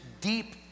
deep